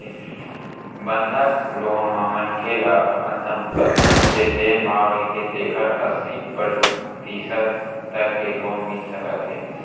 बंधक लोन म मनखे ल अपन संपत्ति के जेन भाव रहिथे तेखर अस्सी परतिसत तक के लोन मिल सकत हे